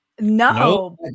No